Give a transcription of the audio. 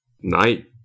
night